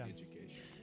education